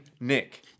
Nick